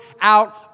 out